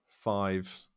five